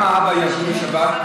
גם האבא יעבדו בשבת,